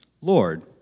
Lord